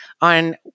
on